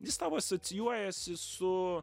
jis tau asocijuojasi su